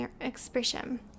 expression